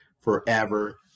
forever